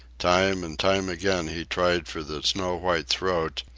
time and time again he tried for the snow-white throat,